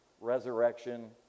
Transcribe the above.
resurrection